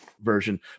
version